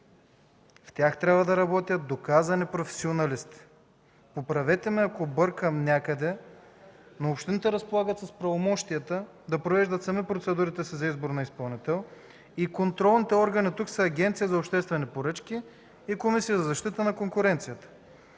В тях трябва да работят доказани професионалисти. Поправете ме, ако греша някъде, но общините разполагат с правомощията да провеждат сами процедурите си за избор на изпълнител и контролните органи тук са Агенцията за обществени поръчки и Комисията за защита на конкуренцията.